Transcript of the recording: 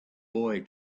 boy